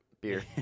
beer